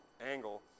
angle